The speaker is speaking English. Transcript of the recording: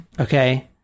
Okay